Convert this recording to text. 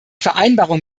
vereinbarung